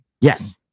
Yes